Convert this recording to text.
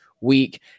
week